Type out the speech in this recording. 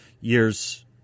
years